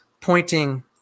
pointing